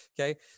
Okay